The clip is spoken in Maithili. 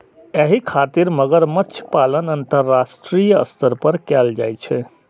एहि खातिर मगरमच्छ पालन अंतरराष्ट्रीय स्तर पर कैल जाइ छै